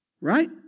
Right